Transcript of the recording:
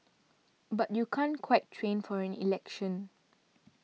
but you can't quite train for an election